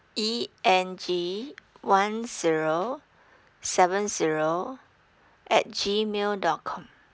E N G one zero seven zero at G mail dot com